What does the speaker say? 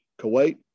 Kuwait